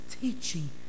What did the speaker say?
teaching